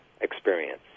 experience